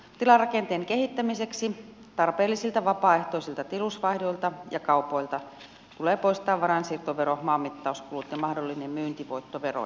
tilarakenteen kehittämiseksi tarpeellisilta vapaaehtoisilta tilusvaihdoilta ja kaupoilta tulee poistaa varainsiirtovero maanmittauskulut ja mahdollinen myyntivoittovero